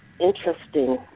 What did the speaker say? interesting